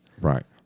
right